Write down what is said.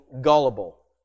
gullible